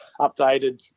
updated